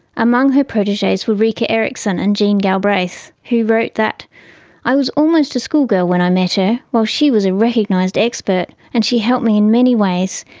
her proteges were rica ericson and jean galbraith who wrote that i was almost a school girl when i met her, while she was a recognised expert, and she helped me in many ways,